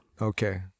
Okay